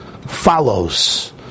follows